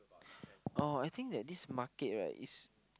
oh I think that this market right is